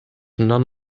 none